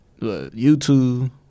YouTube